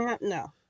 No